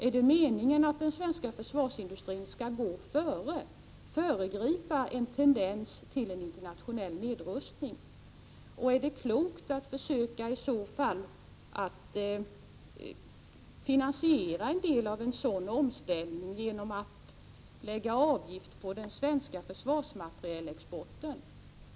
Är det meningen att den svenska försvarsindustrin skall föregripa en tendens till en internationell nedrustning, och är det klokt att i så fall försöka finansiera en del av en sådan omställning genom att lägga avgift på den svenska försvarsmaterielexporten?